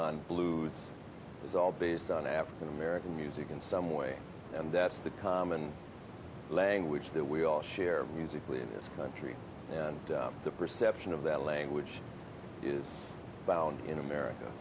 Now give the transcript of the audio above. on blues it's all based on african american music in some way and that's the common language that we all share musically in this country and the perception of that language is found in america